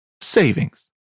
savings